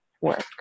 work